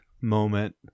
moment